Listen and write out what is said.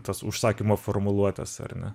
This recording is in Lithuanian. tas užsakymo formuluotės ar ne